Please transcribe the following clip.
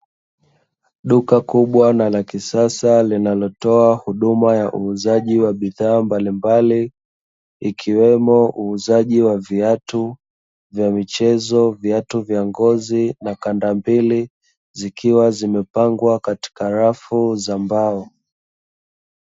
Duka kubwa na la kisasa, linalotoa huduma ya uuzaji wa bidhaa mbalimbali, ikiwemo uuzaji wa viatu vya michezo, viatu vya ngozi na kandambili, zikiwa zimepangwa katika rafu za mbao.